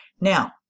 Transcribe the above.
Now